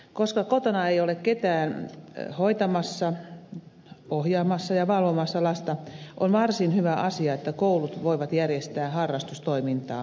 koska kotona ei ole ketään hoitamassa ohjaamassa ja valvomassa lasta on varsin hyvä asia että koulut voivat järjestää harrastustoimintaa kouluilla